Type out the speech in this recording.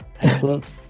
Excellent